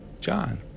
John